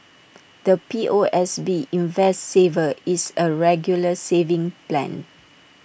the P O S B invest saver is A regular savings plan